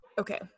Okay